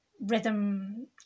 rhythm